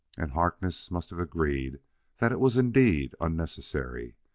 and harkness must have agreed that it was indeed unnecessary,